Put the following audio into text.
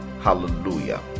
Hallelujah